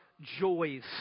joys